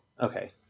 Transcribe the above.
Okay